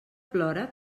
plora